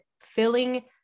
filling